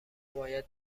باید